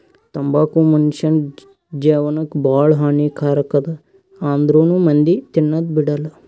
ತಂಬಾಕು ಮುನುಷ್ಯನ್ ಜೇವನಕ್ ಭಾಳ ಹಾನಿ ಕಾರಕ್ ಅದಾ ಆಂದ್ರುನೂ ಮಂದಿ ತಿನದ್ ಬಿಡಲ್ಲ